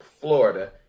Florida